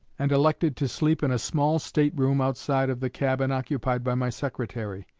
and elected to sleep in a small state-room outside of the cabin occupied by my secretary.